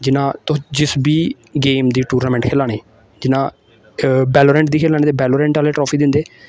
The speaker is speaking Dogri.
जियां तुस जिस बी गेम दी टूर्नामेंट खेला ने जियां बैलोरेंट दी खेलै ने ते बैलोरेंट आह्ले ट्राफी दिंदे